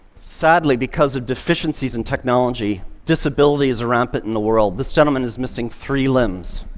sadly, because of deficiencies in technology, disability is rampant in the world. this gentleman is missing three limbs.